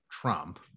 Trump